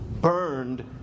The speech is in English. burned